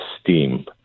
STEAM